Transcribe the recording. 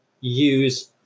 use